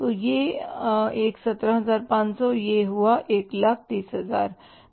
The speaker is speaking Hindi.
तो यह एक 17500 है यह 130000 है